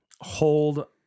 hold